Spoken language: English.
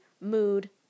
mood